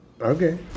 Okay